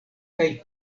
kaj